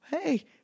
Hey